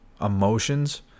emotions